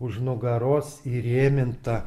už nugaros įrėminta